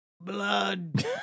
blood